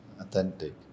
authentic